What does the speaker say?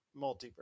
Multiverse